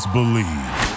Believe